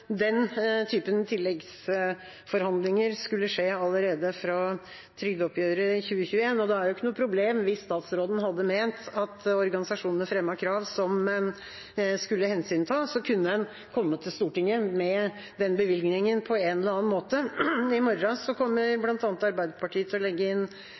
den typen tilleggsforhandlinger skulle skje allerede fra trygdeoppgjøret 2021, og det er jo ikke noe problem – hvis statsråden hadde ment at organisasjonene fremmet krav som skulle hensyntas, kunne en kommet til Stortinget med den bevilgningen på en eller annen måte. I morgen kommer bl.a. Arbeiderpartiet til å legge inn